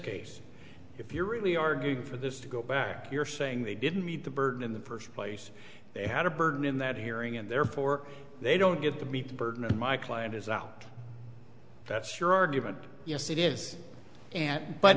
case if you're really arguing for this to go back you're saying they didn't meet the burden in the first place they had a burden in that hearing and therefore they don't get to meet the burden of my client is out that's your argument yes it is and but